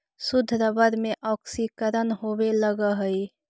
शुद्ध रबर में ऑक्सीकरण होवे लगऽ हई